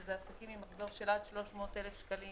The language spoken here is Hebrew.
שזה עסקים עם מחזור של עד 300,000 שקלים